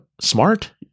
smart